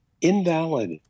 invalid